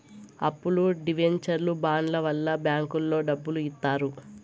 అప్పులు డివెంచర్లు బాండ్ల వల్ల బ్యాంకులో డబ్బులు ఇత్తారు